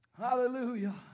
Hallelujah